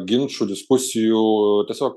ginčų diskusijų tiesiog